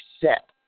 set